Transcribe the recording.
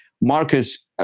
Marcus